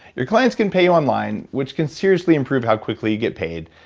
your clients can pay you online which can seriously improve how quickly you get paid.